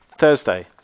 Thursday